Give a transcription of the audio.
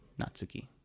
Natsuki